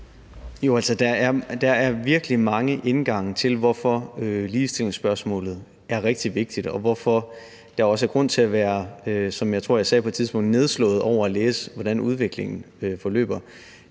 der er virkelig mange indgange til, hvorfor ligestillingsspørgsmålet er rigtig vigtigt, og derfor er der også grund til, som jeg tror jeg sagde på et tidspunkt, at være nedslået over at læse, hvordan udviklingen forløber.